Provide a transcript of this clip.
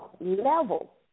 level